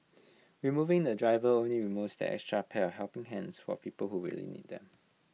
removing the driver only removes that extra pair of helping hands for people who really need them